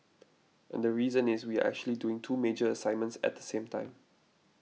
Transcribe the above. and the reason is we are actually doing two major assignments at the same time